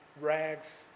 rags